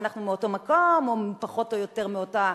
ואנחנו מאותו מקום או פחות או יותר מאותה